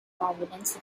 providence